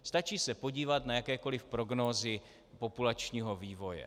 Stačí se podívat na jakékoliv prognózy populačního vývoje.